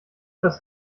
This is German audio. das